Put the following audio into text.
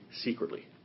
secretly